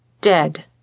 Dead